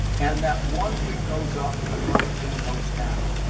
and that one thing goes up, another thing goes down.